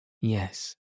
Yes